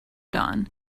dawn